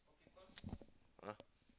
!huh!